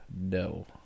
No